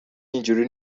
اینجوری